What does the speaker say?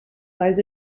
lies